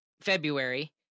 February